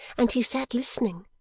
and he sat listening,